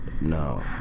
no